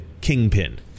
kingpin